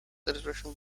satisfaction